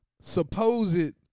supposed